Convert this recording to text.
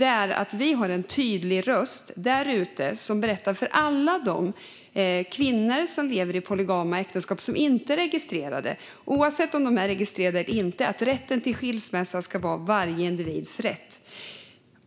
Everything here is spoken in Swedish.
är ju att vi har en tydlig röst där ute som berättar för alla de kvinnor som lever i polygama äktenskap som inte är registrerade att skilsmässa, oavsett om äktenskapen är registrerade eller inte, ska vara varje individs rätt.